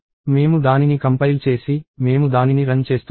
మేము దానిని కంపైల్ చేసి మేము దానిని రన్ చేస్తున్నాము